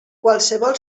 qualsevol